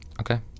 okay